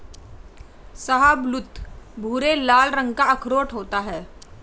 शाहबलूत भूरे लाल रंग का अखरोट होता है